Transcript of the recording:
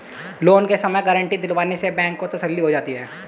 loan के समय guarantee दिलवाने से बैंक को तसल्ली हो जाती है